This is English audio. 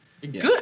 Good